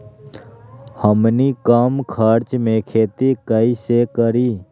हमनी कम खर्च मे खेती कई से करी?